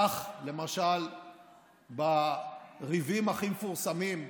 כך למשל בריבים הכי מפורסמים,